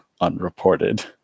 unreported